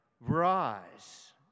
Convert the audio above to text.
rise